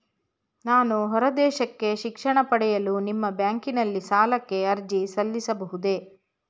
ನಾನು ಹೊರದೇಶಕ್ಕೆ ಶಿಕ್ಷಣ ಪಡೆಯಲು ನಿಮ್ಮ ಬ್ಯಾಂಕಿನಲ್ಲಿ ಸಾಲಕ್ಕೆ ಅರ್ಜಿ ಸಲ್ಲಿಸಬಹುದೇ?